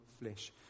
flesh